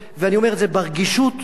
ואני אומר את זה ברגישות המקסימלית,